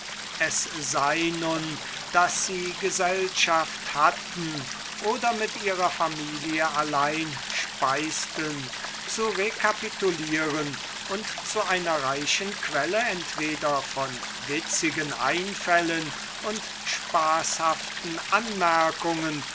es sei nun daß sie gesellschaft hatten oder mit ihrer familie allein speiseten zu recapitulieren und zu einer reichen quelle entweder von witzigen einfällen und spaßhaften anmerkungen